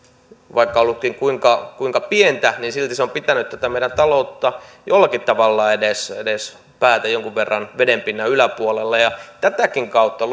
vaikka on ollutkin kuinka kuinka pientä niin silti se on pitänyt tätä meidän taloutta jollakin tavalla edes edes päätä jonkun verran vedenpinnan yläpuolella ja tätäkin kautta